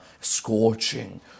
Scorching